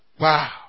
Wow